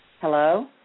Hello